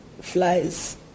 flies